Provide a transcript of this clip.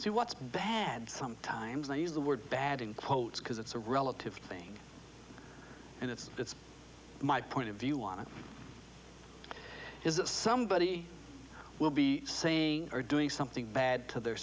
see what's bad sometimes i use the word bad in quotes because it's a relative thing and it's my point of view on it is that somebody will be saying or doing something bad to their